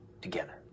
together